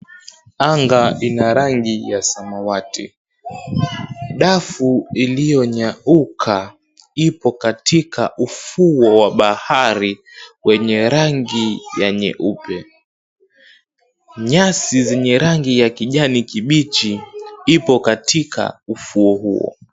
Anga ina rangi ya samawati, dafu iliyonyauka ipo katika ufuo wa bahari wenye rangi ya nyeupe, nyasi zenye rangi ya kijani kibichi ipo katika ufuo huo.